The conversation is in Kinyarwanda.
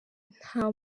nta